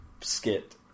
skit